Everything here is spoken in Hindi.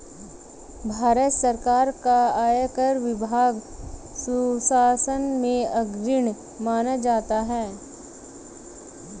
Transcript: भारत सरकार का आयकर विभाग सुशासन में अग्रणी माना जाता है